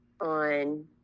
on